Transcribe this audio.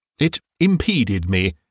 it impeded me,